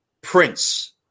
Prince